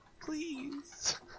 Please